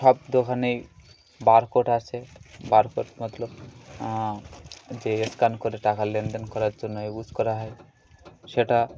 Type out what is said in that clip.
সব দোকানেই বারকোড আছে বারকোড মতলব যে স্ক্যান করে টাকা লেনদেন করার জন্য ইউজ করা হয় সেটা